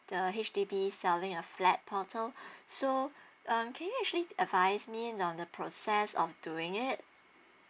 the H_D_B selling uh flat portal so um can you actually advise me on the process of doing it